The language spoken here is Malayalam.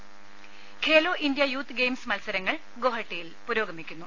ും ഖേലോ ഇന്ത്യ യൂത്ത് ഗെയിംസ് മത്സരങ്ങൾ ഗോഹട്ടിയിൽ പുരോഗമിക്കുന്നു